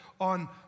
on